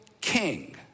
king